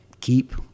keep